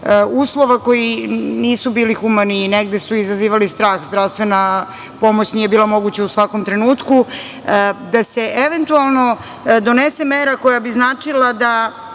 uslova koji nisu bili humani i negde su izazivali strah, zdravstvena pomoć nije bila moguća u svakom trenutku, da se eventualno donese mera koja bi značila da